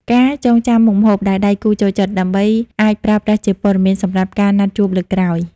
ការចងចាំមុខម្ហូបដែលដៃគូចូលចិត្ត ដើម្បីអាចប្រើប្រាស់ជាព័ត៌មានសម្រាប់ការណាត់ជួបលើកក្រោយ។